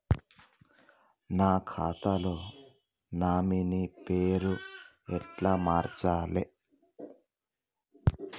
నా ఖాతా లో నామినీ పేరు ఎట్ల మార్చాలే?